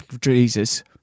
Jesus